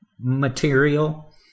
material